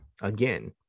again